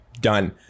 done